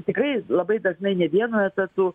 tikrai labai dažnai ne vienu etatu